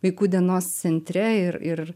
vaikų dienos centre ir ir